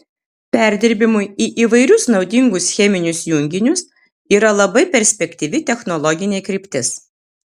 perdirbimui į įvairius naudingus cheminius junginius yra labai perspektyvi technologinė kryptis